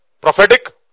prophetic